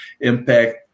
impact